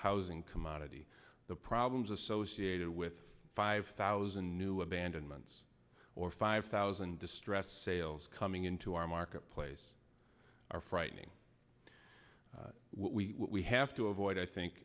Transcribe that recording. housing commodity the problems associated with five thousand new abandonments or five thousand distressed sales coming into our marketplace are frightening what we have to avoid i think